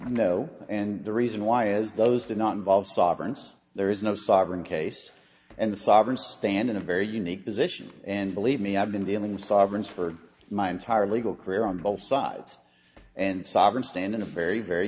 know and the reason why is those do not involve sovereigns there is no sovereign case and the sovereigns stand in a very unique position and believe me i've been dealing sovereigns for my entire legal career on both sides and sovereign stand in a very very